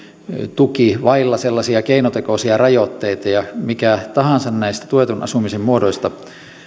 tuki vailla sellaisia keinotekoisia rajoitteita ja mikä tahansa näistä tuetun asumisen muodoista